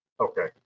Okay